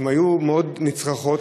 הן היו מאוד נצרכות,